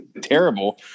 terrible